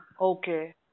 Okay